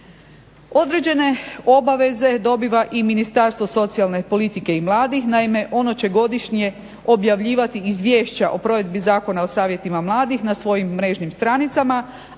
Određene obaveze dobiva i Ministarstvo socijalne politike i mladih. Naime, ono će godišnje objavljivati izvješća o provedbi Zakona o Savjetima mladih na svojim mrežnim stranicama,